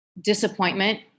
disappointment